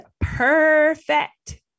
perfect